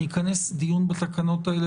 אני אכנס דיון בתקנות האלה,